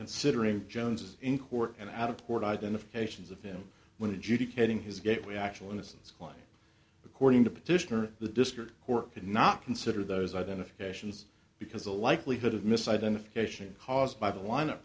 considering jones's in court and out of court identifications of him when adjudicating his gateway actual innocence why according to petitioner the district court could not consider those identifications because the likelihood of misidentification caused by the line up